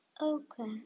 Okay